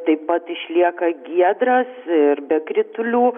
taip pat išlieka giedras ir be kritulių